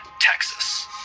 Texas